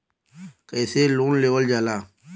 कैसे लोन लेवल जाला?